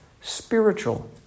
spiritual